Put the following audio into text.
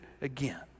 again